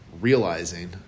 Realizing